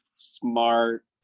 smart